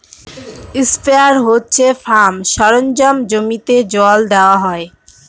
sprayer হচ্ছে farm সরঞ্জাম জমিতে জল দেওয়া হয়